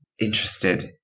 interested